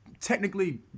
technically